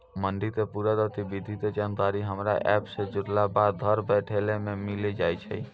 मंडी के पूरा गतिविधि के जानकारी हमरा एप सॅ जुड़ला बाद घर बैठले भी मिलि जाय छै